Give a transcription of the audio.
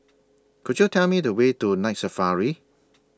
Could YOU Tell Me The Way to Night Safari